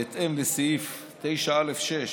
בהתאם לסעיף 9(א)(6)